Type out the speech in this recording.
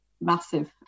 massive